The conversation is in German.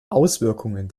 auswirkungen